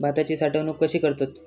भाताची साठवूनक कशी करतत?